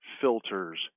filters